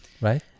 Right